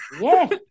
Yes